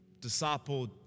disciple